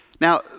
Now